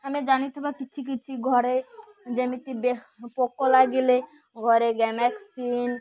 ଆମେ ଜାଣିଥିବା କିଛି କିଛି ଘରେ ଯେମିତି ପୋକ ଲାଗିଲେ ଘରେ ଗେମେକ୍ସିନ୍